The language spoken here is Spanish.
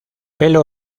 pelo